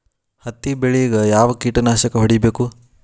ಹತ್ತಿ ಬೆಳೇಗ್ ಯಾವ್ ಕೇಟನಾಶಕ ಹೋಡಿಬೇಕು?